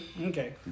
Okay